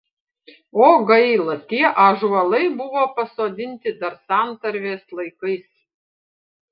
o gaila tie ąžuolai buvo pasodinti dar santarvės laikais